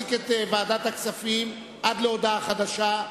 להפסיק את דיוני ועדת הכספים עד להודעה חדשה.